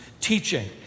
teaching